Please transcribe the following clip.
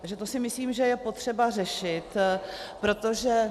Takže to si myslím, že je potřeba řešit, protože...